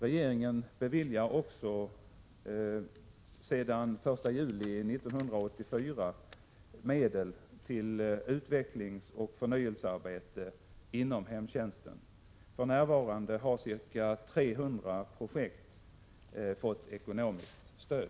Regeringen beviljar också sedan den 1 juli 1984 medel till utvecklingsoch förnyelsearbete inom hemtjänsten. För närvarande har ca 300 projekt fått ekonomiskt stöd.